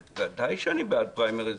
עכשיו אתה נלחם על פריימריז?